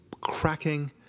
cracking